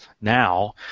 now